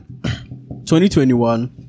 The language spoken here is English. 2021